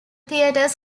theatre